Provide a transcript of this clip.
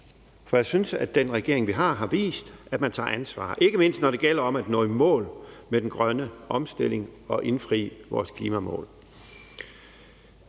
for jeg synes, den regering, vi har, har vist, at man tager ansvar, ikke mindst når det gælder om at nå i mål med den grønne omstilling og indfri vores klimamål.